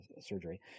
surgery